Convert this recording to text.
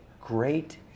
great